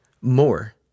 more